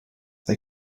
they